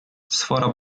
sfora